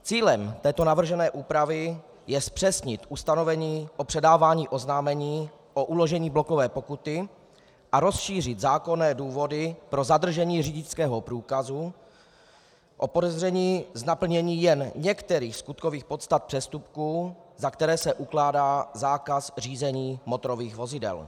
Cílem této navržené úpravy je zpřesnit ustanovení o předávání oznámení o uložení blokové pokuty a rozšířit zákonné důvody pro zadržení řidičského průkazu o podezření z naplnění jen některých skutkových podstat přestupků, za které se ukládá zákaz řízení motorových vozidel.